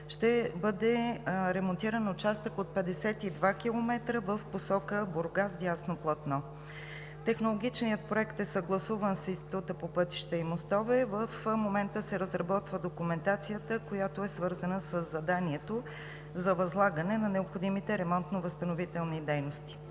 ще бъде ремонтиран участък от 52 км в посока Бургас – дясно платно. Технологичният проект е съгласуван с Института по пътища и мостове. В момента се разработва документацията, която е свързана със заданието за възлагане на необходимите ремонтно-възстановителни дейности.